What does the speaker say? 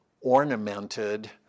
ornamented